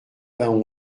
vingt